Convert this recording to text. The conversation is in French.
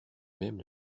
même